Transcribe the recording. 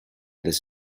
this